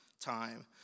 time